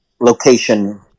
location